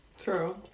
True